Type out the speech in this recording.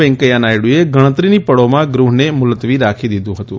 વૈકેયા નાયડુએ ગણતરીની પળોમાં ગૃહને મુલતવી રાખી દીધું હતું